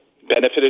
benefited